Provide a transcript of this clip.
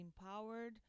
empowered